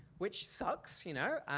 which sucks, you know.